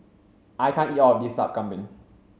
I can't eat all of this Sup Kambing